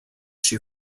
she